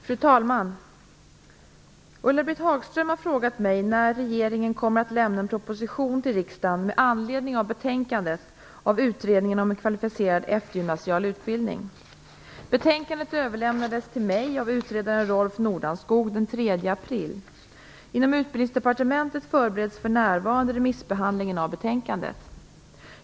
Fru talman! Ulla-Britt Hagström har frågat mig när regeringen kommer att lämna en proposition till riksdagen med anledning av betänkandet från Utredningen om kvalificerad eftergymnasial utbildning. Betänkandet överlämnades till mig av utredaren Rolf Nordanskog den 3 april. Inom Utbildningsdepartementet förbereds för närvarande remissbehandlingen av betänkandet.